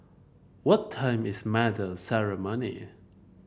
what time is medal ceremony